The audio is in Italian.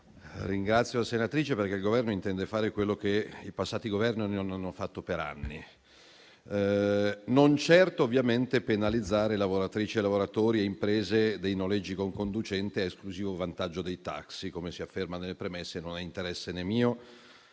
ringrazio la senatrice interrogante perché il Governo intende fare quello che i passati Governi non hanno fatto per anni e non certo, ovviamente, penalizzare lavoratrici, lavoratori e imprese dei noleggi con conducente a esclusivo vantaggio dei taxi, come si afferma nelle premesse. Questo non è interesse né mio,